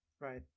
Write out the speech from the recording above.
Right